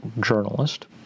journalist